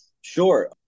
Sure